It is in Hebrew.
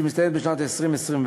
שמסתיימת בשנת 2021,